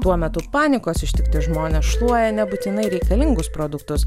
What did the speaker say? tuo metu panikos ištikti žmonės šluoja nebūtinai reikalingus produktus